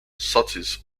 surtees